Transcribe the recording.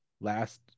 last